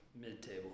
Mid-table